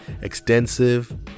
extensive